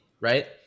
right